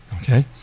Okay